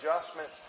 adjustments